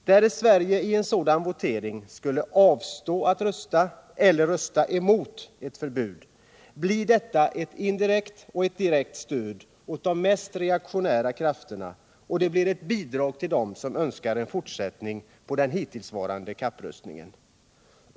Därest Sverige i en sådan votering skulle avstå från att rösta eller rösta emot ett förbud blir detta ett indirekt och ett direkt stöd för de mest reaktionära krafterna, och det blir ett bidrag till dem som önskar en fortsättning av den hittillsvarande kapprustningen.